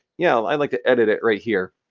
yeah, i'd like to edit it right here.